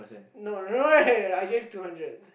no right I gave two hundred